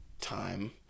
time